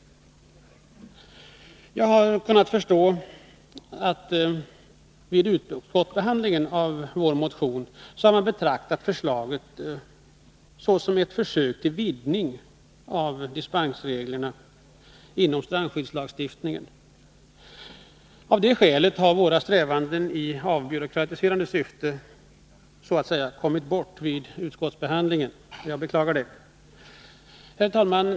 Strandskydd Jag har kunnat förstå att utskottet vid sin behandling av motionen har betraktat förslaget som ett försök till en vidgning av dispensreglerna inom strandskyddslagstiftningen. Av det skälet har våra strävanden i avbyråkratiserande syfte kommit bort vid utskottsbehandlingen, och det beklagar jag. Herr talman!